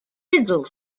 middle